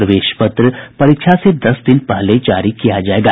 प्रवेश पत्र परीक्षा से दस दिन पहले जारी किया जायेगा